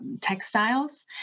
textiles